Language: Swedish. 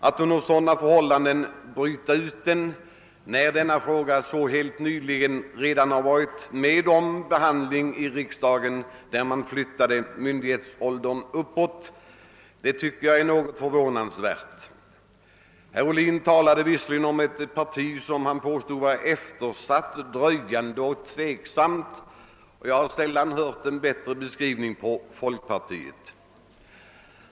Att under sådana förhållanden bryta ut densamma, när den så helt nyligen varit med om behandling i riksdagen, varvid man flyttade myndighetsåldern nedåt, tycker jag är mycket förvånande. Herr Ohlin talade visserligen om ett parti som han påstod vara eftersläpande, dröjande och tveksamt, och jag har sällan hört en bättre beskrivning av folkpartiet.